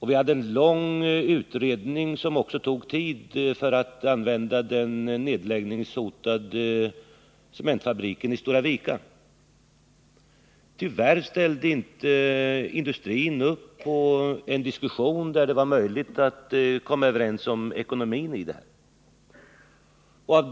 Vi hade en lång utredning, som också tog tid, om möjligheten att använda den nedläggningshotade cementfabriken i Stora Vika. Tyvärr ställde inte industrin upp på en diskussion där det var möjligt att komma överens om ekonomin i detta projekt.